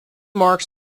marks